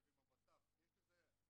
כדאי שהם ישבו עם הבט"פ כי יש לזה משמעויות.